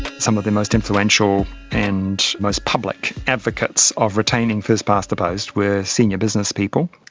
some of the most influential and most public advocates of retaining first-past-the-post were senior businesspeople,